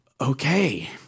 okay